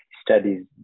studies